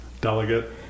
delegate